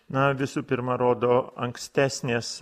na visų pirma rodo ankstesnės